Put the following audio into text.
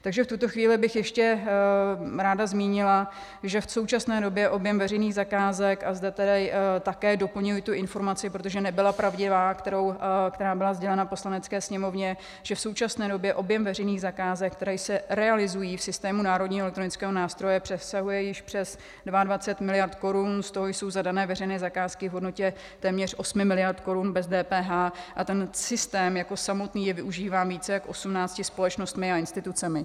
Takže v tuto chvíli bych ještě ráda zmínila, že v současné době objem veřejných zakázek a zde tedy také doplňuji tu informaci, protože nebyla pravdivá, která byla sdělena Poslanecké sněmovně , že v současné době objem veřejných zakázek, které se realizují v systému Národního elektronického nástroje, přesahuje již přes 22 miliard korun, z toho jsou zadané veřejné zakázky v hodnotě téměř 8 miliard korun bez DPH a ten systém jako samotný je využíván více jak 18 společnostmi a institucemi.